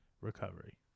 recovery